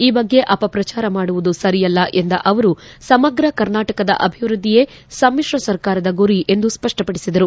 ಈ ಬಗ್ಗೆ ಅಪ ಪ್ರಚಾರ ಮಾಡುವುದು ಸರಿಯಲ್ಲ ಎಂದ ಅವರು ಸಮಗ್ರ ಕರ್ನಾಟಕದ ಅಭಿವೃದ್ದಿಯೇ ಸಮಿಶ್ರ ಸರ್ಕಾರದ ಗುರಿ ಎಂದು ಸ್ಪಷ್ಪಡಿಸಿದರು